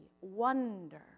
wonder